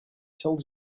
told